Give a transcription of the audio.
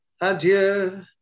Adieu